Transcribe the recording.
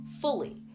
fully